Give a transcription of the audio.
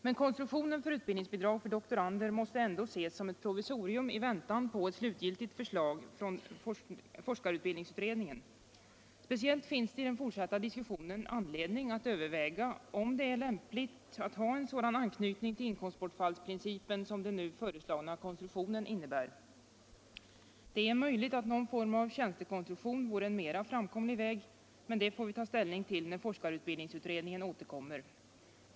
Men konstruktionen med utbildningsbidrag för doktorander måste ändå ses som ett provisorium i väntan på ett slutgiltigt förslag från forskarutbildningsutredningen. Speciellt finns det i den fortsatta diskussionen anledning att överväga om det är lämpligt att ha en sådan anknytning till inkomstbortfallsprincipen som den nu föreslagna konstruktionen innebär. Det är möjligt att någon form av tjänstekonstruktion vore en mera framkomlig väg. Men det får vi ta ställning till när forskarutbildningsutredningen återkommer.